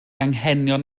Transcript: anghenion